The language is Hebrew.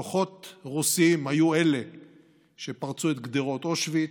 כוחות רוסיים היו אלה שפרצו את גדרות אושוויץ,